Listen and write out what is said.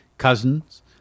cousins